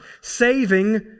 saving